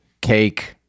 cake